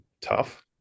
tough